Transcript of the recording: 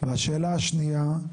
והשאלה השנייה: